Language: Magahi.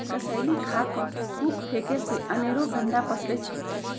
कसेलि खा कऽ थूक फेके से अनेरो गंदा पसरै छै